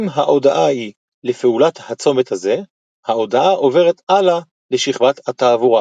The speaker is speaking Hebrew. אם ההודעה היא לפעולת הצומת הזה – ההודעה עוברת הלאה לשכבת התעבורה.